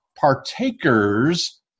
partakers